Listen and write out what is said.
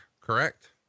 correct